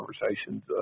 conversations